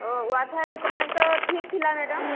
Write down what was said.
ଓ wifi connect ତ ଠିକ ଥିଲା ମ୍ୟାଡ଼ମ